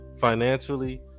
financially